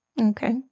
Okay